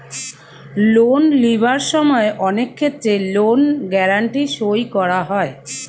loan লিবার সময় অনেক ক্ষেত্রে লোন গ্যারান্টি সই করা হয়